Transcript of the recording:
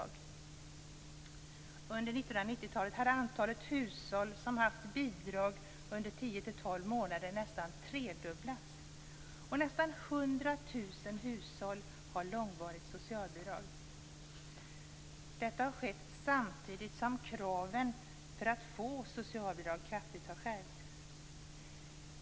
Under 1990-talet har antalet hushåll som haft bidrag under 10-12 månader nästan tredubblats, och nästan 100 000 hushåll har långvarigt socialbidrag. Detta har skett samtidigt som kraven för att få socialbidrag kraftigt har skärpts.